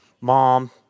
mom